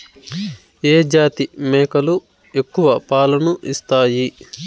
ఏ జాతి మేకలు ఎక్కువ పాలను ఇస్తాయి?